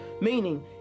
Meaning